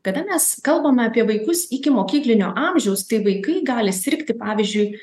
kada mes kalbame apie vaikus ikimokyklinio amžiaus tai vaikai gali sirgti pavyzdžiui